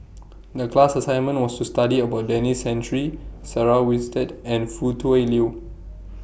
The class assignment was to study about Denis Santry Sarah Winstedt and Foo Tui Liew